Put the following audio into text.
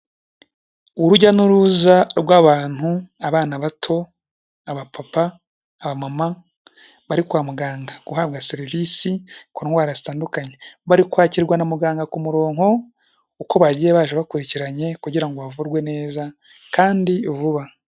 Urujya n'uruza rw'abantu abana bato, abapapa, abamama bari kwa muganga, guhabwa serivisi ku ndwara zitandukanye, bari kwakirwa na muganga ku murongo uko bagiye baje bakurikiranye kugira bavurwe neza kandi vuba.